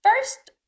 first